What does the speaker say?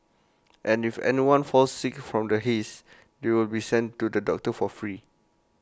and if anyone falls sick from the haze they will be sent to the doctor for free